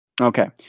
Okay